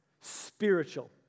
spiritual